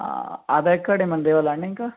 Aadhaar card ఏమన్న తేవాలా అండి ఇంకా